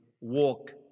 walk